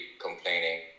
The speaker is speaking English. complaining